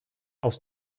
aus